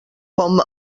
com